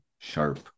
sharp